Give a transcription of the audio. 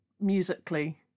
musically